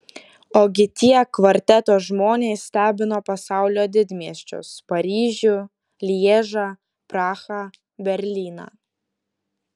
ogi tie kvarteto žmonės stebino pasaulio didmiesčius paryžių lježą prahą berlyną